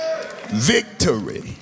victory